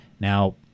Now